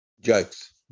Jokes